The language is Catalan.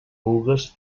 vulgues